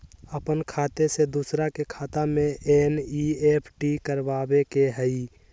अपन खाते से दूसरा के खाता में एन.ई.एफ.टी करवावे के हई?